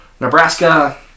Nebraska